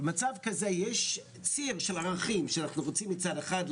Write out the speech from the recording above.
במצב כזה יש ציר של ערכים, שאנחנו רוצים מצד אחד,